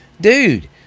Dude